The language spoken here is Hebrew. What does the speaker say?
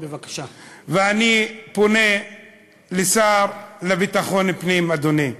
ואני פונה לשר לביטחון פנים: אדוני,